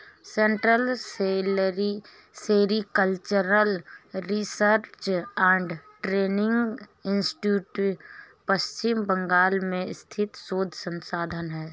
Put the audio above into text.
central sericultural research and training institute Paschim Bangal में स्थित शोध संस्थान है